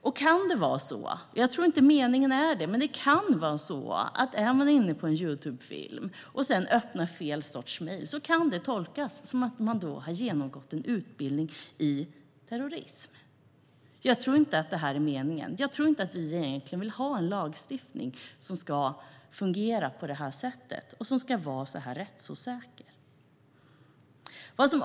Jag tror inte att det är meningen, men det kan vara så att om man är inne på Youtube och sedan öppnar fel sorts mejl kan det tolkas som att man har genomgått en utbildning i terrorism. Jag tror att vi egentligen inte vill ha en lagstiftning som ska fungera på det här rättsosäkra sättet.